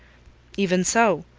even so.